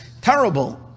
terrible